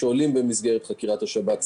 שכן עולים במסגרת חקירת השב"כ.